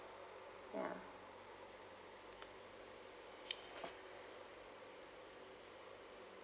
ya